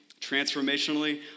transformationally